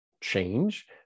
change